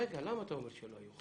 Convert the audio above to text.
רגע, למה אתה אומר שלא היו?